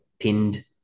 pinned